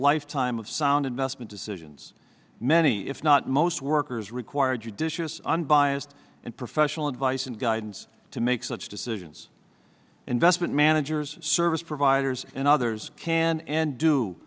lifetime of sound investment decisions many if not most workers require judicious unbiased and professional advice and guidance to make such decisions investment managers service providers and others can and do